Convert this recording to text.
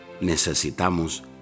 necesitamos